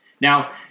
Now